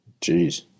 Jeez